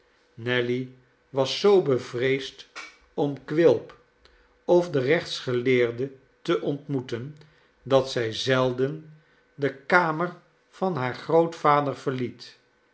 nelly was zoo bevreesd om quilp ofdenrechtsgeleerde te ontmoeten dat zij zelden de kamer van haar grootvader verliet